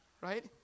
right